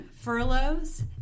Furloughs